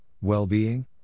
Well-Being